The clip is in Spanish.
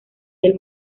del